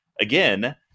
Again